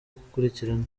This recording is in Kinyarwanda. gukurikirana